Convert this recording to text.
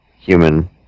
human